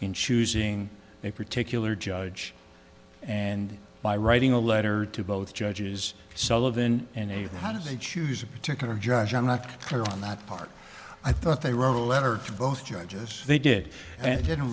in choosing a particular judge and by writing a letter to both judges sullivan and even how do they choose a particular judge i'm not sure on that part i thought they wrote a letter to both judges they did and didn't